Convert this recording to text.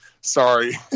sorry